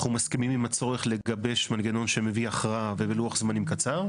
אנחנו מסכימים עם הצורך לגבש מנגנון שמביא הכרעה ובלוח זמנים קצר.